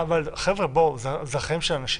חבר'ה, אלה החיים של אנשים.